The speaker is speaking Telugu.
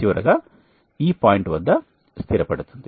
చివరగా ఈ పాయింట్ వద్ద స్థిరపడుతుంది